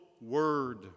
word